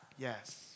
Yes